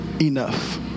enough